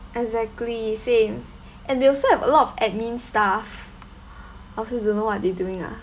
exactly same and they also have a lot of admin staff also don't know what they doing ah